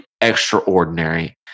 extraordinary